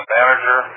manager